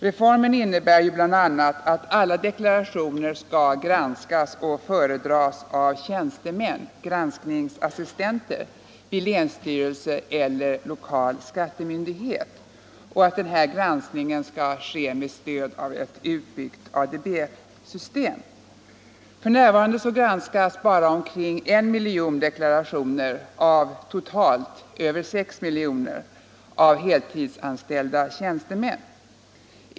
Reformen innebär bl.a. att alla deklarationer skall granskas och föredras av tjänstemän — granskningsassistenter — vid länsstyrelse eller lokal skattemyndighet och att den granskningen skall ske med stöd av ett utbyggt ADB-system. F. n. granskas bara omkring 1 miljon deklarationer av totalt över 6 miljoner av heltidsanställda tjänstemän.